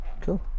cool